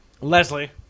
Leslie